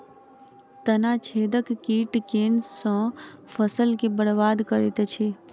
तना छेदक कीट केँ सँ फसल केँ बरबाद करैत अछि?